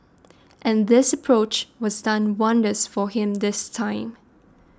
and this approach was done wonders for him this time